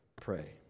pray